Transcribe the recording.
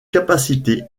capacité